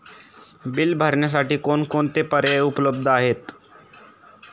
Bill भरण्यासाठी कोणकोणते पर्याय उपलब्ध आहेत?